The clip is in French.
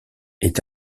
est